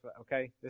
okay